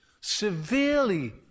severely